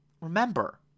remember